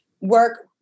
work